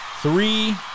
Three